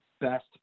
best